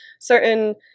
certain